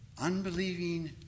Unbelieving